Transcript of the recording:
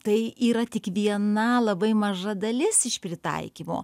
tai yra tik viena labai maža dalis iš pritaikymo